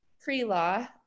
Pre-law